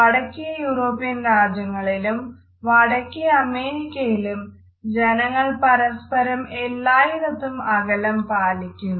വടക്കേ യൂറോപ്യൻ രാജ്യങ്ങളിലും വടക്കേ അമേരിക്കയിലും ജനങ്ങൾ പരസ്പരം എല്ലായിടത്തും അകലം പാലിക്കുന്നു